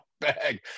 bag